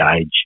age